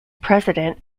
president